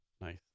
nice